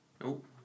Nope